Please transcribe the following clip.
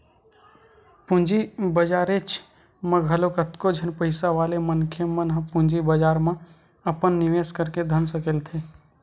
पूंजी बजारेच म घलो कतको झन पइसा वाले मनखे मन ह पूंजी बजार म अपन निवेस करके धन सकेलथे